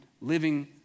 living